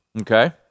Okay